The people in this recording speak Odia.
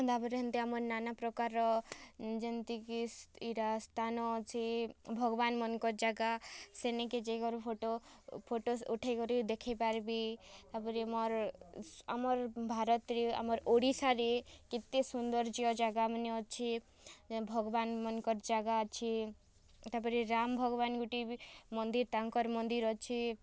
ତା ପରେ ହେନ୍ତି ଆମର୍ ନାନା ପ୍ରକାର୍ର ଯେନ୍ତିକି ଇଟା ସ୍ଥାନ ଅଛି ଭଗବାନ୍ ମନଙ୍କର୍ ଜାଗା ସେନିକେ ଯାଇକରି ଫଟୋ ଫଟୋ ଉଠେଇକରି ଦେଖେଇ ପାର୍ବି ତାପରେ ମୋର୍ ଆମର୍ ଭାରତ୍ରେ ଆମର୍ ଓଡ଼ିଶାରେ କେତେ ସୌନ୍ଦର୍ଯ୍ୟ ଜାଗାମାନେ ଅଛେ ଭଗ୍ବାନ୍ ମାନଙ୍କର୍ ଜାଗା ଅଛେ ତାପରେ ରାମ୍ ଭଗ୍ବାନ୍ ଗୋଟିଏ ବି ମନ୍ଦିର୍ ତାଙ୍କର ମନ୍ଦିର୍ ଅଛେ